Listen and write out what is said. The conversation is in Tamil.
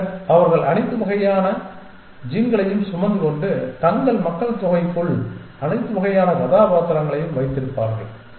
பின்னர் அவர்கள் அனைத்து வகையான ஜீன்களையும் சுமந்துகொண்டு தங்கள் மக்கள்தொகைக்குள் அனைத்து வகையான கதாபாத்திரங்களையும் வைத்திருப்பார்கள்